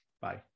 Bye